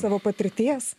savo patirties